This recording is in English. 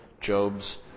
Job's